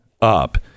up